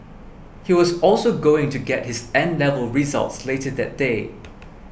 he was also going to get his 'N' level results later that day